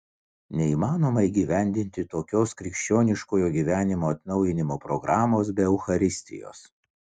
neįmanoma įgyvendinti tokios krikščioniškojo gyvenimo atnaujinimo programos be eucharistijos